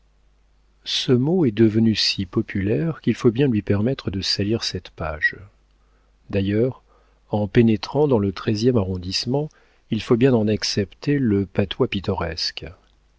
ce mot est devenu si populaire qu'il faut bien lui permettre de salir cette page d'ailleurs en pénétrant dans le treizième arrondissement il faut bien en accepter le patois pittoresque